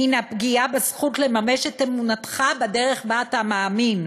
הנה פגיעה בזכות לממש את אמונתך בדרך שבה אתה מאמין,